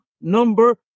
number